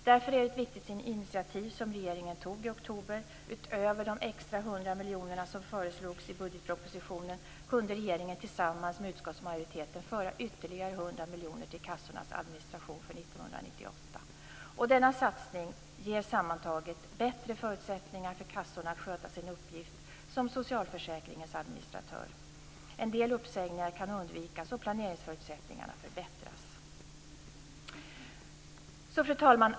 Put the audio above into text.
Därför är det ett viktigt initiativ som regeringen tog i oktober. Utöver de extra hundra miljonerna som föreslogs i budgetpropositionen kunde regeringen tillsammans med utskottsmajoriteten föra ytterligare 1998. Denna satsning ger sammantaget bättre förutsättningar för kassorna att sköta sin uppgift som socialförsäkringens administratör. En del uppsägningar kan undvikas och planeringsförutsättningarna förbättras. Fru talman!